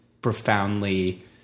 profoundly